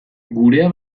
gurea